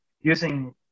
using